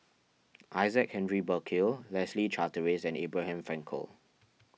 Isaac Henry Burkill Leslie Charteris and Abraham Frankel